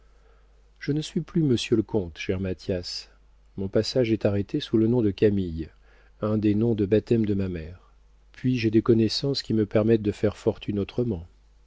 je ne suis plus monsieur le comte cher mathias mon passage est arrêté sous le nom de camille un des noms de baptême de ma mère puis j'ai des connaissances qui me permettent de faire fortune autrement